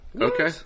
Okay